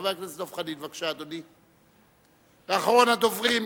חבר הכנסת דב חנין, בבקשה, אדוני, ואחרון הדוברים,